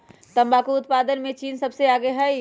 तंबाकू उत्पादन में चीन सबसे आगे हई